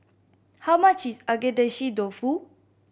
how much is Agedashi Dofu